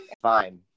Fine